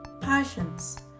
passions